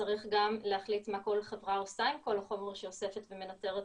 צריך גם להחליט מה כל חברה עושה עם כל החומר שהיא אוספת ומנטרת עלינו,